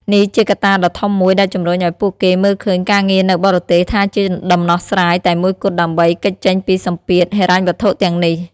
នេះជាកត្តាដ៏ធំមួយដែលជំរុញឱ្យពួកគេមើលឃើញការងារនៅបរទេសថាជាដំណោះស្រាយតែមួយគត់ដើម្បីគេចចេញពីសម្ពាធហិរញ្ញវត្ថុទាំងនេះ។